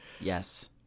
yes